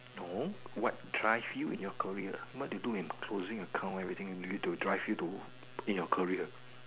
no what drive you in your career what you do in closing account everything need to drive you to in your career